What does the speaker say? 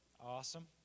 Awesome